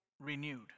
renewed